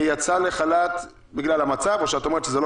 יצאה לחל"ת בגלל המצב או שאת אומרת שזה לא